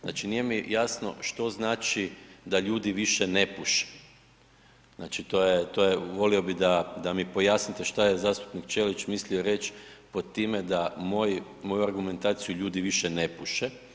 Znači nije mi jasno što znači da ljudi više ne puše, znači to je, to je, volio bi mi pojasnite šta je zastupnik Ćelić mislio reći pod time da moju argumentaciju ljudi više ne puše.